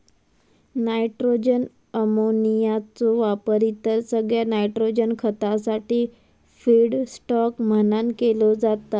nitrogen अमोनियाचो वापर इतर सगळ्या नायट्रोजन खतासाठी फीडस्टॉक म्हणान केलो जाता